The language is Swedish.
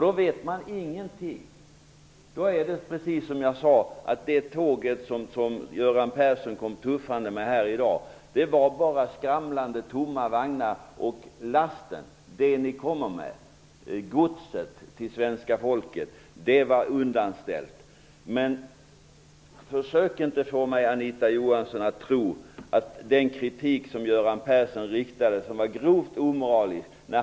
Det är precis som jag sade tidigare. Det tåg som Göran Persson kom tuffande med här i dag innehöll bara skramlande tomma vagnar, och lasten till svenska folket var undanställd. Anita Johansson! Försök inte få mig att tro på den kritik som Göran Persson riktade mot regeringen. Den var grovt omoralisk.